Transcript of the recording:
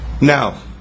Now